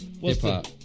hip-hop